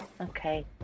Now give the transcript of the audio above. okay